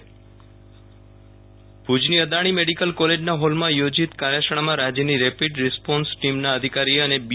Viral Rana novel corona ભુજની Adani medical કોલેજના હોલમાં યોજીત કાર્યશાળામાં રાજ્યની રેપિડ રિસ્પોન્સ ટીમના અધિકારી અને બી